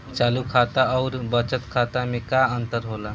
चालू खाता अउर बचत खाता मे का अंतर होला?